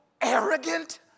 arrogant